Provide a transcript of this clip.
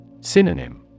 Synonym